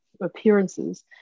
appearances